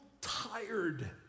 tired